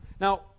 now